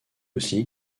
aussi